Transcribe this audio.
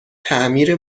تعمیر